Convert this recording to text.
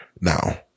Now